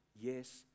yes